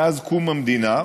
מאז קום המדינה,